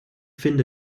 finde